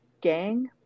Gang